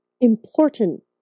important